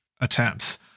attempts